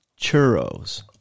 churros